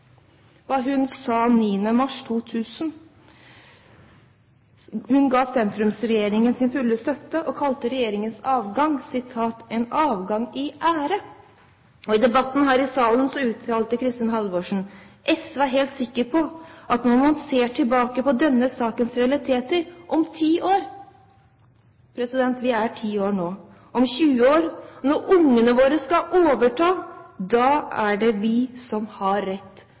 hva partileder Kristin Halvorsen sa 9. mars 2000. Hun ga sentrumsregjeringen sin fulle støtte og kalte regjeringens avgang «en avgang i ære». I debatten her i salen uttalte Kristin Halvorsen: «SV er helt sikker på at når man skal se tilbake på denne sakens realiteter – om 10 år,» – det er ti år nå – «om 20 år, når ungene våre skal overta – da er det vi som har hatt rett.»